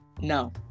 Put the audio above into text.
No